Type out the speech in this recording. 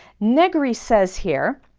negri says here,